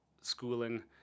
schooling